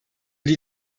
die